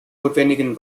notwendigen